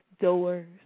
doors